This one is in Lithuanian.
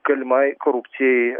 galimai korupcijai